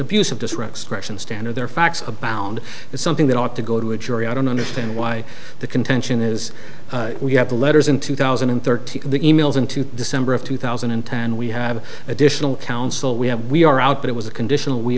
abusive disrupts question standard there facts abound and something that ought to go to a jury i don't understand why the contention is we have the letters in two thousand and thirteen the e mails in to december of two thousand and ten we have additional counsel we have we are out but it was a conditional we